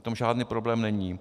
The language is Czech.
V tom žádný problém není.